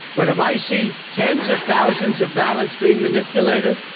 but if i see tens of thousands of ballots being manipulated,